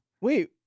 Wait